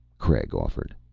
craig offered.